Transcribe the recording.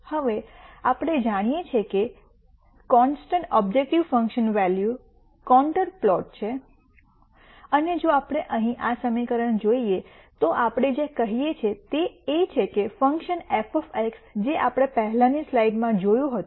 હવે આપણે જાણીએ છીએ કે constant objective function value contour plot છે અને જો આપણે અહીં આ સમીકરણ જોઈએ તો આપણે જે કહીએ છીએ તે એ છે કે ફંક્શન f જે આપણે પહેલાની સ્લાઇડમાંથી જોયું હતું